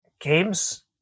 games